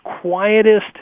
quietest